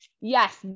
Yes